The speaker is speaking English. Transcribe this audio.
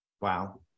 Wow